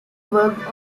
worked